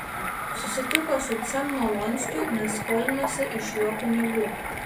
susitiko su cemnolonskiu nes skolinosi iš jo pinigų